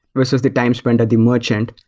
versus the time spent at the merchant.